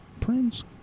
Prince